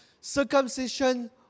circumcision